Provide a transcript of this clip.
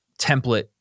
template